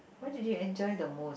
what did you enjoy the most